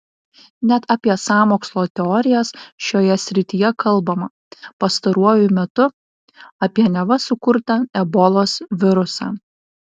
net apie sąmokslo teorijas šioje srityje kalbama pastaruoju metu apie neva sukurtą ebolos virusą